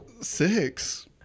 Six